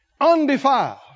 undefiled